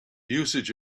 usage